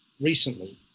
recently